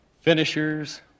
finishers